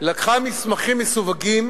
לקחה מסמכים מסווגים